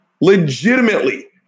legitimately